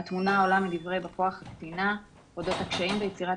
"התמונה העולה מדברי בא כוח הקטינה אודות הקשיים ביצירת